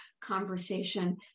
conversation